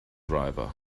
driver